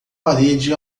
parede